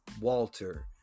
Walter